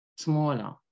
smaller